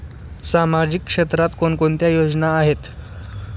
सामाजिक क्षेत्रात कोणकोणत्या योजना आहेत?